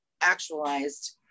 actualized